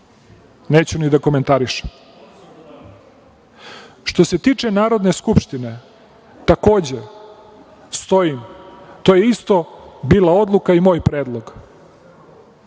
neću ni da komentarišem. Što se tiče Narodne skupštine, takođe stojim, to je isto bila odluka i moj predlog